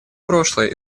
прошлое